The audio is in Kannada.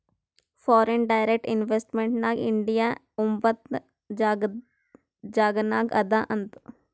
ಫಾರಿನ್ ಡೈರೆಕ್ಟ್ ಇನ್ವೆಸ್ಟ್ಮೆಂಟ್ ನಾಗ್ ಇಂಡಿಯಾ ಒಂಬತ್ನೆ ಜಾಗನಾಗ್ ಅದಾ ಅಂತ್